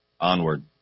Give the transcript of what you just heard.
onward